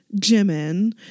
Jimin